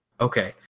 Okay